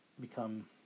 become